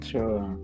Sure